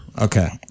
Okay